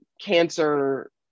cancer